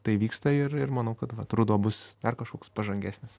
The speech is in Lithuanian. tai vyksta ir ir manau kad vat ruduo bus dar kažkoks pažangesnis